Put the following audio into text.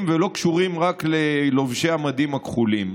ולא קשורים רק ללובשי המדים הכחולים.